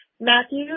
Matthew